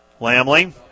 Lamley